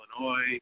Illinois